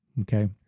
okay